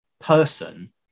person